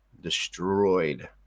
destroyed